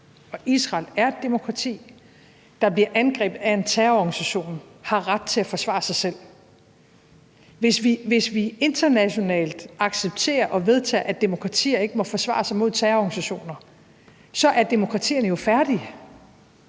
Israel er et demokrati, der bliver angrebet af en terrororganisation, har ret til at forsvare sig selv. Hvis vi internationalt accepterer og vedtager, at demokratier ikke må forsvare sig imod terrororganisationer, er demokratierne jo færdige.